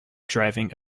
driving